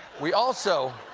we also